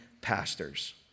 pastors